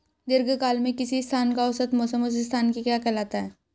दीर्घकाल में किसी स्थान का औसत मौसम उस स्थान की क्या कहलाता है?